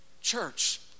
church